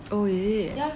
oh is it